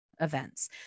events